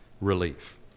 relief